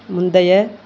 முந்தைய